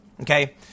Okay